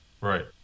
Right